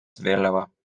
vėliava